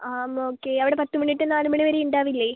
അ okay അവിടെ പത്ത് മണി തൊട്ട് നാല് മണി വരെ ഉണ്ടാവില്ലെ